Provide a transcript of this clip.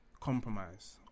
Compromise